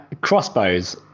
Crossbows